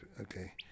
Okay